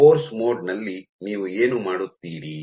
force mode ನಲ್ಲಿ ನೀವು ಏನು ಮಾಡುತ್ತೀರಿ